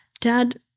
Dad